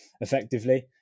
effectively